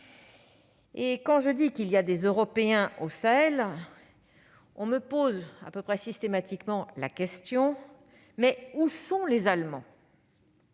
Quand je dis qu'il y a des Européens au Sahel, on me pose à peu près systématiquement la question :« Mais où sont les Allemands ?